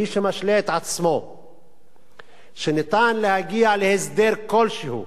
מי שמשלה את עצמו שניתן להגיע להסדר כלשהו